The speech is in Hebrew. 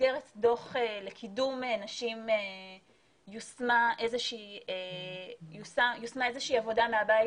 במסגרת דוח לקידום נשים יושמה איזה שהיא עבודה מהבית